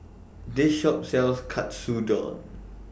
This Shop sells Katsudon